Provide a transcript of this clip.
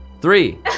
Three